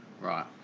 Right